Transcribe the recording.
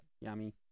Yummy